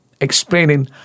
explaining